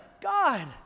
God